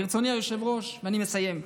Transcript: היושב-ראש, אני מסיים.